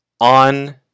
on